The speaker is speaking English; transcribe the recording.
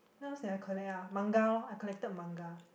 then what's that I collect ah manga lor I collected manga